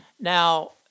Now